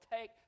take